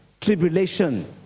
tribulation